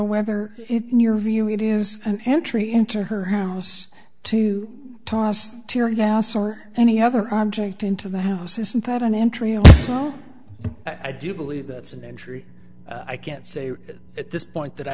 whether in your view it is an entry into her house to toss tear gas or any other object into the house isn't that an entry i do believe that's an entry i can't say at this point that i